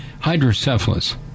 hydrocephalus